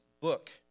book